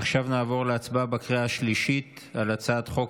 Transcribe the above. עכשיו נעבור להצבעה בקריאה השלישית על הצעת חוק